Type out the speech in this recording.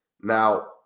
Now